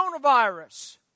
coronavirus